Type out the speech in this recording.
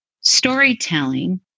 Storytelling